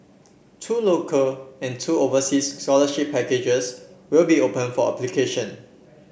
two local and two overseas scholarship packages will be open for application